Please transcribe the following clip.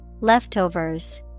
Leftovers